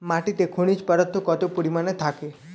মাটিতে খনিজ পদার্থ কত পরিমাণে থাকে?